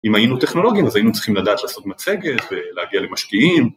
אם היינו טכנולוגים, אז היינו צריכים לדעת לעשות מצגת ולהגיע למשקיעים.